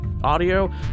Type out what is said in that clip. audio